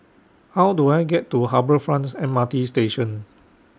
How Do I get to Harbour Fronts M R T Station